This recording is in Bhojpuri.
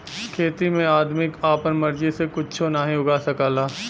खेती में आदमी आपन मर्जी से कुच्छो नाहीं उगा सकला